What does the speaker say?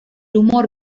humor